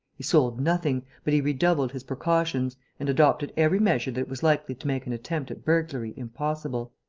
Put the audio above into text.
he sold nothing, but he redoubled his precautions and adopted every measure that was likely to make an attempt at burglary impossible.